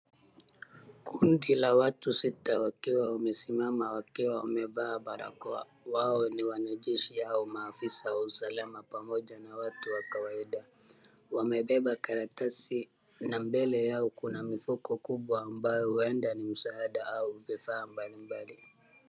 Kundi la watu sita wakiwa wamesimama wakiwa wamevaa barakoa. Wao ni wanajeshi au maafisa wa usalama pamoja na watu wa kawaida. Wamebeba karatasi na mbele yao kuna mifuko kubwa ambayo huenda ni msaada au vifaa mbalimbali.